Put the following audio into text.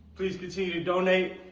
please continue to donate,